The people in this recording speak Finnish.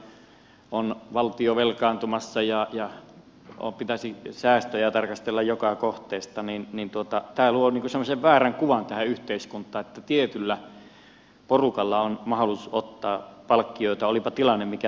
tällä hetkellä kun on valtio velkaantumassa ja pitäisi säästöjä tarkastella joka kohteesta niin tämä luo semmoisen väärän kuvan tähän yhteiskuntaan että tietyllä porukalla on mahdollisuus ottaa palkkioita olipa tilanne mikä tahansa